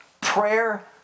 Prayer